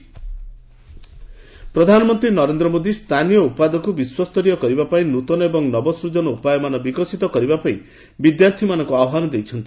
PM students ପ୍ରଧାନମନ୍ତ୍ରୀ ନରେନ୍ଦ୍ର ମୋଦି ସ୍ଥାନୀୟ ଉତ୍ପାଦକୁ ବିଶ୍ୱସ୍ତରୀୟ କରିବାପାଇଁ ନ୍ନତନ ଏବଂ ନବସୂଜନ ଉପାୟମାନ ବିକଶିତ କରିବାପାଇଁ ବିଦ୍ୟାର୍ଥୀମାନଙ୍କୁ ଆହ୍ୱାନ ଦେଇଛନ୍ତି